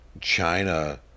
China